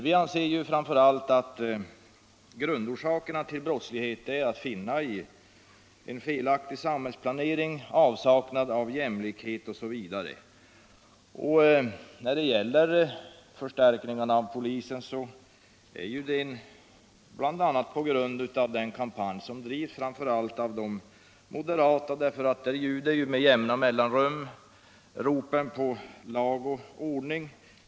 Vi anser framför allt att grundorsakerna till brottsligheten är att finna i en felaktig samhällsplanering, avsaknad av jämlikhet osv. Förstärkningen av polisens resurser beror på den kampanj som bedrivs, framför allt av moderaterna som med jämna mellanrum ropar på lag och ordning.